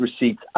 receipts